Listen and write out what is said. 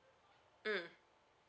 mm